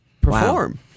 perform